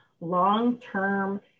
long-term